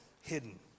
hidden